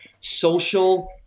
social